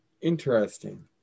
Interesting